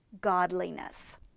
godliness